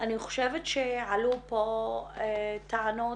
כלומר שהן יותר קהילתיות,